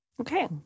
Okay